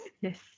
Yes